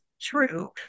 true